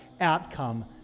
outcome